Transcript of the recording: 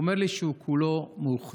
הוא אומר לי שהוא כולו מאוכזב